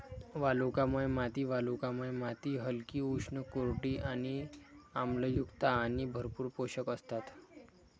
वालुकामय माती वालुकामय माती हलकी, उष्ण, कोरडी आणि आम्लयुक्त आणि भरपूर पोषक असतात